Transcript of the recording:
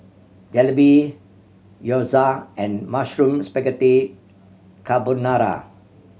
Jalebi Gyoza and Mushroom Spaghetti Carbonara